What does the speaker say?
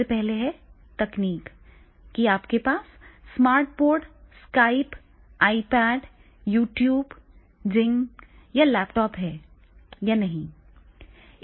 सबसे पहले तकनीक है कि आपके पास smart board Skype iPad YouTube Jing या लैपटॉप है या नहीं